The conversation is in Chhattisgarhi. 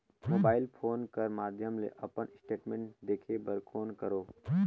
मोबाइल फोन कर माध्यम ले अपन स्टेटमेंट देखे बर कौन करों?